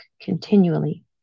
continually